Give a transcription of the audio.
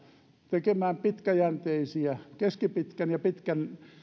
tekemään pitkäjänteisiä keskipitkän ja pitkän